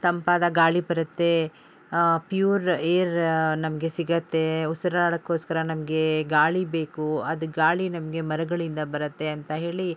ತಂಪಾದ ಗಾಳಿ ಬರುತ್ತೆ ಪ್ಯೂರ್ ಏರ್ ನಮಗೆ ಸಿಗುತ್ತೆ ಉಸಿರಾಡಕ್ಕೋಸ್ಕರ ನಮಗೆ ಗಾಳಿ ಬೇಕು ಅದು ಗಾಳಿ ನಮಗೆ ಮರಗಳಿಂದ ಬರುತ್ತೆ ಅಂತ ಹೇಳಿ